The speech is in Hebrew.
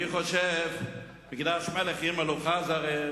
אני חושב, "מקדש מלך עיר מלוכה" הרי